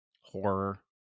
Horror